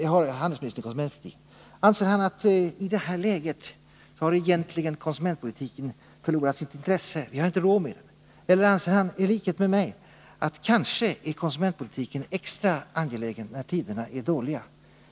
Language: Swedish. Anser handelsministern att konsumentpolitiken i det här läget egentligen har förlorat sitt intresse — vi har inte råd med den? Eller anser handelsministern i likhet med mig att konsumentpolitiken kanske är extra angelägen när tiderna är dåliga?